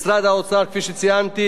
משרד האוצר, כפי שציינתי